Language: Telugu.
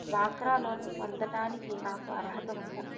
డ్వాక్రా లోన్ పొందటానికి నాకు అర్హత ఉందా?